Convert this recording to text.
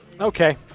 Okay